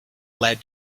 led